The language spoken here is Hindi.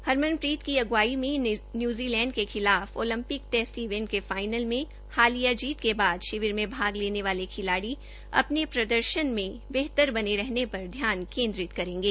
हरमनप्रीत की अग्रवाई में न्यूजीलैंड के खिलाफ ओलंपिक टेस्ट इवेंट के फाईनल में हालिया जीत के बाद शिविर में भाग लेने वाले खिलाडी अपने प्रदर्शन में बेहतर बने रहने पर ध्यान केन्द्रित करेंगे